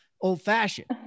old-fashioned